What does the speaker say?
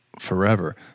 forever